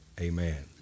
amen